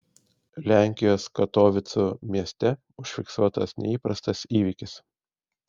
lenkijos katovicų mieste užfiksuotas neįprastas įvykis